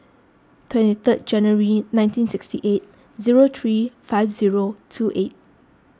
twenty third January nineteen sixty eight zero three five zero two eight